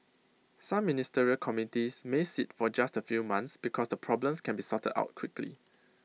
some ministerial committees may sit for just A few months because the problems can be sorted out quickly